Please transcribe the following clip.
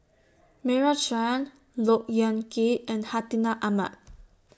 Meira Chand Look Yan Kit and Hartinah Ahmad